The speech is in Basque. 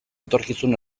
etorkizun